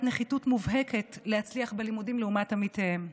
נחיתות מובהקת להצליח בלימודים לעומת עמיתיהם";